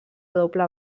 doble